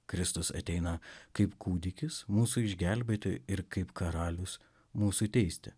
kristus ateina kaip kūdikis mūsų išgelbėti ir kaip karalius mūsų teisti